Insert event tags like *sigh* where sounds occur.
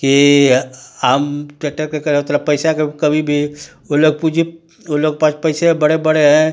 की आ हम ट्रेक्टर *unintelligible* उतना पैसा कब कभी भी वो लोग पूंजी वो लोग के पास पैसे बड़े बड़े हैं